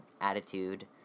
attitude